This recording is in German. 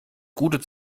gute